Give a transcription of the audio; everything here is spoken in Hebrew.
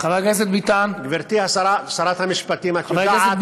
חבר הכנסת ביטן, גברתי שרת המשפטים, את יודעת, ?